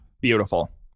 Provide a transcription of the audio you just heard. beautiful